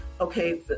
okay